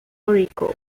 rico